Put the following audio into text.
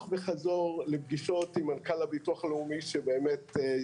וחזור לפגישות עם מנכ"ל הביטוח הלאומי ושום